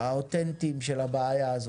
האותנטיים של הבעיה הזאת.